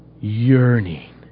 Yearning